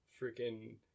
freaking